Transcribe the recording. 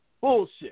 Bullshit